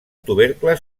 tubercles